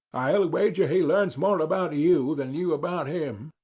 i'll wager he learns more about you than you about him.